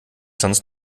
sonst